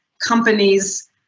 companies